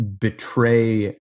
betray